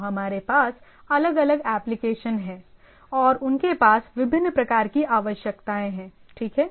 तो हमारे पास अलग अलग एप्लिकेशन हैं और उनके पास विभिन्न प्रकार की आवश्यकताएं हैं ठीक है